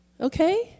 Okay